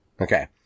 Okay